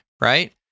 right